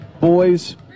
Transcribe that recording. Boys